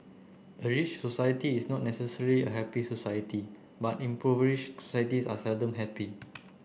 a rich society is not necessarily a happy society but impoverish societies are seldom happy